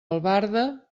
albarda